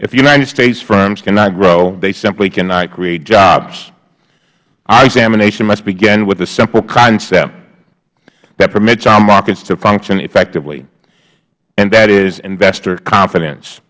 if united states firms cannot grow they simply cannot create jobs our examination must begin with the simple concept that permits our markets to function effectively and that is investor confidence